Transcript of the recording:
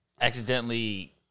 accidentally